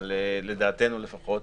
אבל לדעתנו לפחות